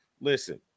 listen